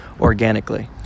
Organically